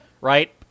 Right